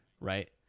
right